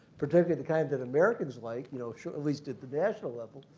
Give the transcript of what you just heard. particularly the kinds that americans like, you know so at least at the national level,